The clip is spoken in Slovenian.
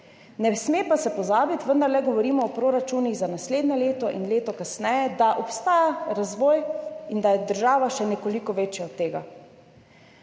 Ne sme pa se pozabiti, vendarle govorimo o proračunih za naslednje leto in leto kasneje, da obstaja razvoj in da je država še nekoliko večja zaradi tega.